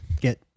get